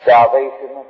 Salvation